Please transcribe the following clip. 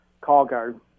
cargo